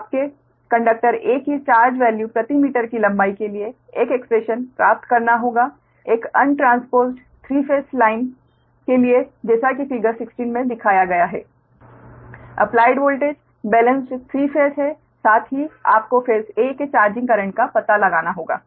इसलिए आपको conductor a की चार्ज वैल्यू प्रति मीटर की लंबाई के लिए एक एक्स्प्रेशन प्राप्त करना होगा एक अन ट्रांसपोज़्ड 3 फेज लाइन के लिए जैसा कि फिगर 16 में दिखाया गया है अप्लाइड वोल्टेज बेलेंस्ड 3 फेज है साथ ही आपको फेस 'a' के चार्जिंग करंट का पता लगाना होगा